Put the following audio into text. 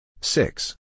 Six